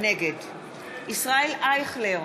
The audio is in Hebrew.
נגד ישראל אייכלר,